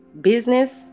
business